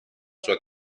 sua